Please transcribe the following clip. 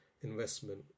investment